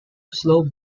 slow